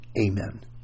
Amen